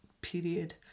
period